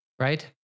Right